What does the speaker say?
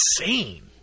insane